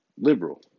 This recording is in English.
liberal